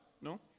No